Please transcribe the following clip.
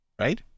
Right